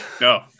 No